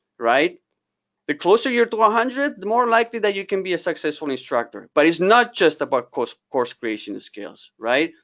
the closer you are to one hundred, the more likely that you can be a successful instructor. but it's not just about course course creation skills, right?